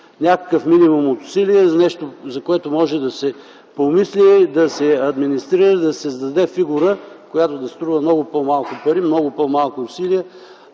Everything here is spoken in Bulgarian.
някакъв минимум от усилия. Нещо, за което може да се помисли - да се администрира, да се създаде фигура, която да струва много по-малко пари, много по-малко усилия,